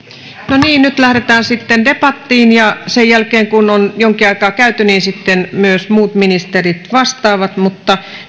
no niin nyt lähdetään sitten debattiin ja sen jälkeen kun on sitä jonkin aikaa käyty sitten myös muut ministerit vastaavat mutta